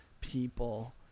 people